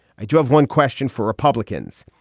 i do have one question for republicans.